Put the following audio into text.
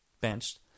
benched